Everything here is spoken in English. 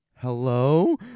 hello